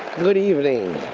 good evening.